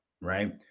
right